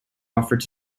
offered